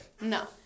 No